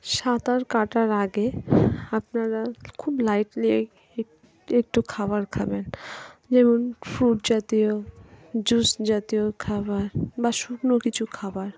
সাঁতার কাটার আগে আপনারা খুব লাইটলি একটু খাবার খাবেন যেমন ফ্রুট জাতীয় জুস জাতীয় খাবার বা শুকনো কিছু খাবার